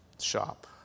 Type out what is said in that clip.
shop